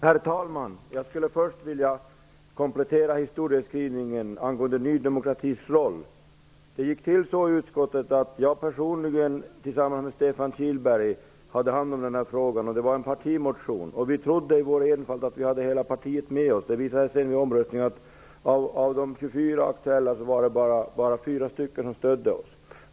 Herr talman! Jag skulle först vilja komplettera historieskrivningen angående Ny demokratis roll. Jag hade hand om frågan tillsammans med Stefan Kihlberg i utskottet. Vi väckte en partimotion, och vi trodde i vår enfald att vi hade hela partiet med oss. Det visade sig vid omröstningen att av de 24 ledamöterna var det bara fyra stycken som stödde oss.